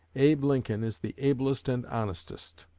abe lincoln is the ablest and honestest.